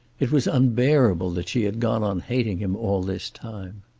it was unbearable that she had gone on hating him, all this time.